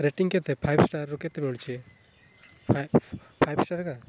rating କେତେ five ଷ୍ଟାରରୁ କେତେ ମିଳୁଛି ଫାଇଭ୍ ଫାଇଭ୍ ଷ୍ଟାର